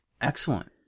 Excellent